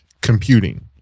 computing